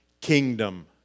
kingdom